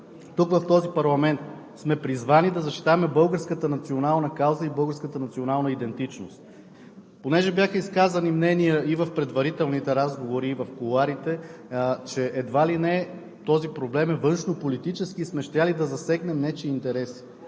сме в този парламент, сме призвани да защитаваме българската национална кауза и българската национална идентичност. Бяха изказани мнения и в предварителните разговори, и в кулоарите, че този проблем едва ли не е външнополитически и сме щели да засегнем нечии интереси.